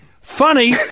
funny